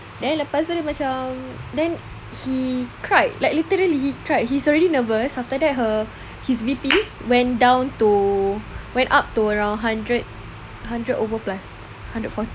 then lepas itu dia macam then he cried like literally he cried he's already nervous after that her his B_P went down to went up to around hundred hundred over plus hundred forty